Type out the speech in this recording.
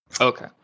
Okay